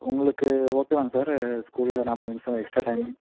உங்களுக்கு ஓகேவாங்க சார் ஸ்கூலில் நாற்பது நிமிஷம் எக்ஸ்ட்ரா டைம்